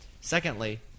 Secondly –